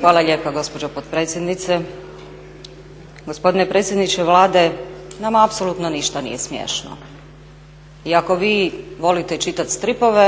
Hvala lijepa gospođo potpredsjednice. Gospodine predsjedniče Vlade, nama apsolutno ništa nije smiješno. I ako vi volite čitati stripove